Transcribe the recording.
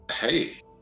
Hey